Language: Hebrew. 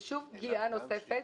זה שוב פגיעה נוספת.